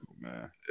man